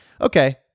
okay